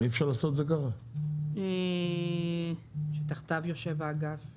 אי אפשר לעשות את זה ככה? נב "שתחתיו יושב האגף"?